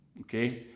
Okay